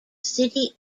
city